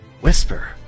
whisper